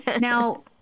now